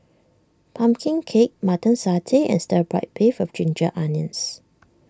Pumpkin Cake Mutton Satay and Stir Fry Beef of Ginger Onions